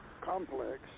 complex